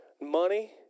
money